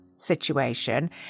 situation